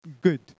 good